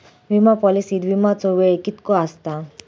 विमा पॉलिसीत विमाचो वेळ कीतको आसता?